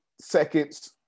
seconds